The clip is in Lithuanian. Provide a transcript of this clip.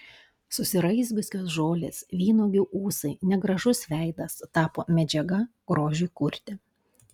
susiraizgiusios žolės vynuogių ūsai negražus veidas tapo medžiaga grožiui kurti